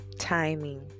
timing